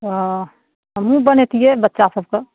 ओ हमहुँ बनैतिये बच्चा सबके